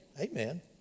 Amen